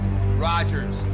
Rogers